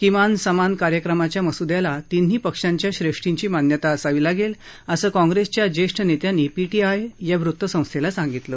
किमान समान कार्यक्रमाच्या मस्द्याला तिन्ही पक्षांच्या श्रेष्ठींची मान्यता असावी लागेल असं काँग्रेसच्या ज्येष्ठ नेत्यांनी पीटीआय या वृतसंस्थेला सांगितलं